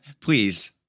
Please